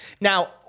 Now